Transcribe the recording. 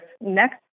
next